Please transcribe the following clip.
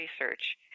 research